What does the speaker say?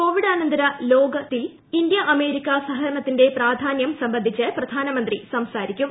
കോവിഡാനന്തര ലോകത്തിൽ India America സഹകരണത്തിന്റെ പ്രാധാനൃം സംബന്ധിച്ച് പ്രധാനമിന്ത്യു് സംസാരിക്കും